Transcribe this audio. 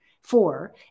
four